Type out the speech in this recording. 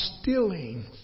stealing